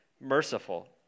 merciful